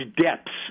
depths